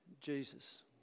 Jesus